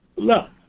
Look